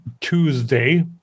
Tuesday